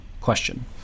question